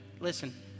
Listen